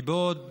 כי בעוד עשור,